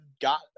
got